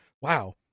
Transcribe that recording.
wow